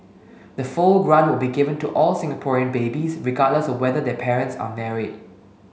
the full grant will be given to all Singaporean babies regardless of whether their parents are married